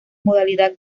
modalidad